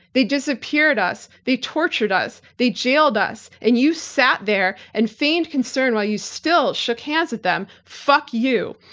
they disappeared us, they tortured us, they jailed us and you sat there and feigned concern while you still shook hands with them. fuck you.